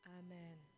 amen